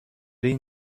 این